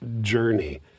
journey